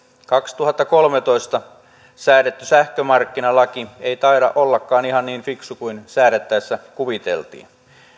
kaksituhattakolmetoista säädetty sähkömarkkinalaki ei taida ollakaan ihan niin fiksu kuin säädettäessä kuviteltiin